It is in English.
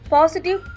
Positive